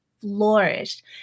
flourished